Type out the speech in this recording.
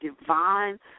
divine